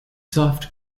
soft